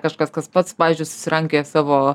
kažkas kas pats pavyzdžiui susirankioja savo